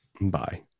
Bye